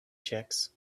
checks